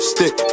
Stick